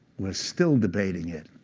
we're still debating it.